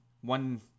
one